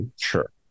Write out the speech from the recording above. Sure